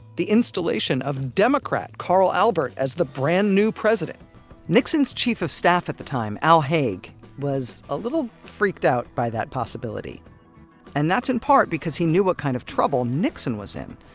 the installation of democrat carl albert as the brand new president nixon's chief-of-staff at the time al haig was a little freaked out by that possibility and that's, in part, because he knew what kind of trouble nixon was in.